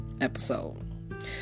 episode